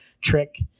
trick